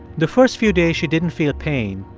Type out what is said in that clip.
the first few days, she didn't feel pain,